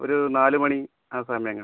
ഒരു നാല് മണി ആ സമയങ്ങള്